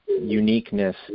uniqueness